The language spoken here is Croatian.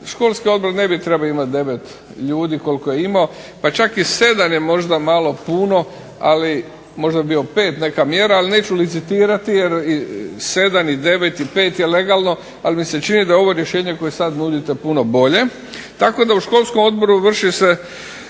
Školski odbor ne bi trebao imati devet ljudi koliko je imao. Pa čak i sedam je možda malo puno. Ali možda bi bio pet neka mjera ali neću licitirati jer i 7 i 9 i 5 je legalno. Ali mi se čini da ovo rješenje koje sad nudite puno bolje tako da u školskom odboru vrši se,